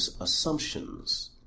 assumptions